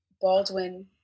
Baldwin